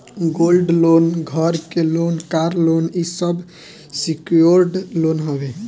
gold loan, घर के loan, car loan इ सब सिक्योर्ड लोन हवे